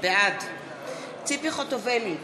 בעד ציפי חוטובלי,